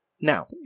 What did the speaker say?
now